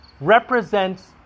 represents